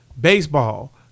baseball